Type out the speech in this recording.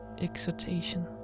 exhortation